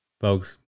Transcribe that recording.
Folks